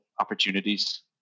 opportunities